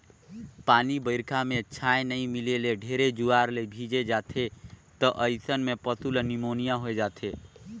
पानी बइरखा में छाँय नइ मिले त ढेरे जुआर ले भीजे जाथें त अइसन में पसु ल निमोनिया होय जाथे